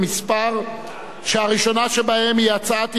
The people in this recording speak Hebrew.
והראשונה שבהן היא הצעת אי-אמון של סיעת קדימה,